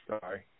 Sorry